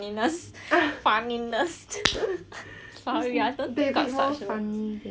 sorry I don't think got such word ya david more funny